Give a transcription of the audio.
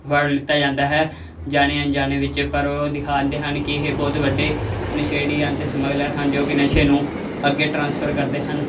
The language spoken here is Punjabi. ਫੜ ਲਿੱਤਾ ਜਾਂਦਾ ਹੈ ਜਾਣੇ ਅਣਜਾਣੇ ਵਿੱਚ ਪਰ ਉਹ ਦਿਖਾਉਂਦੇ ਹਨ ਕਿ ਇਹ ਬਹੁਤ ਵੱਡੇ ਨਸ਼ੇੜੀ ਹਨ ਅਤੇ ਸਮਗਲਰ ਹਨ ਜੋ ਕਿ ਨਸ਼ੇ ਨੂੰ ਅੱਗੇ ਟ੍ਰਾਂਸਫਰ ਕਰਦੇ ਹਨ